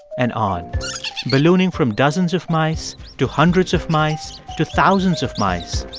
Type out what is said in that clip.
and on ballooning from dozens of mice to hundreds of mice to thousands of mice,